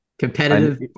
Competitive